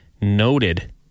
noted